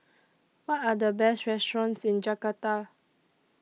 What Are The Best restaurants in Jakarta